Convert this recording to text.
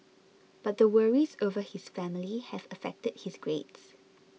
but the worries over his family have affected his grades